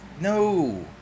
no